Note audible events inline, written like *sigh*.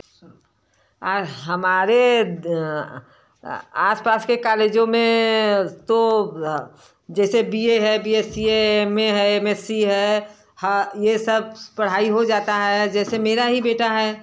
हमारे आस पास के कॉलेजों में तो कैसे बी ए है *unintelligible* M A M S C है यह सब पढ़ाई हो जाता है जैसे मेरा ही बेटा है